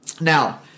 Now